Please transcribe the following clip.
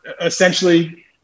essentially